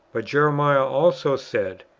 but jeremiah also says,